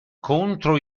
contro